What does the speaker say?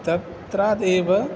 तत्रादेव